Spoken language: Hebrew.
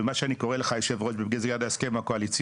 ומה שאני קורא לך יושב הראש --- ההסכם הקואליציוני,